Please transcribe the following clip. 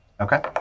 Okay